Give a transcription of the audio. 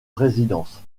résidence